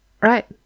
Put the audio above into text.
Right